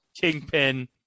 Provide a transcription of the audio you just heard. Kingpin